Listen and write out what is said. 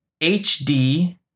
HD